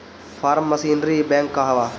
Form machinery bank का बा?